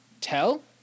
Tell